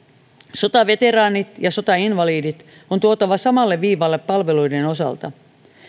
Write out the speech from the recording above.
sotaveteraanit ja sotainvalidit on tuotava samalle viivalle palveluiden osalta